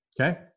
Okay